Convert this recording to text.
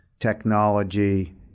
technology